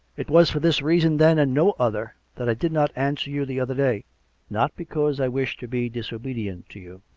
it was for this reason, then, and no other, that i did not answer you the other day not because i wish to be disobedient to you,